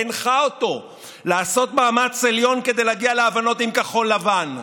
הנחה אותו לעשות מאמץ עליון כדי להגיע להבנות עם כחול לבן.